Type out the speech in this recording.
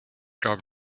gab